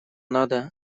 надо